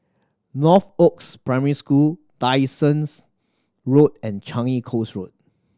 Northoaks Primary School Dyson's Road and Changi Coast Road